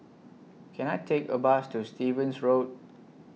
Can I Take A Bus to Stevens Road